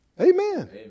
Amen